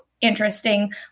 interesting